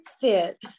fit